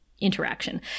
Interaction